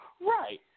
Right